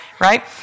Right